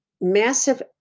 massive